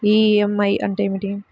EMI అంటే ఏమిటి?